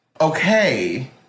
okay